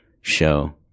show